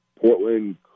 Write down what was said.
Portland